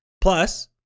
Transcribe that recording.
Plus